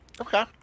Okay